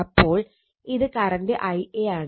അപ്പോൾ ഇത് current Ia ആണ്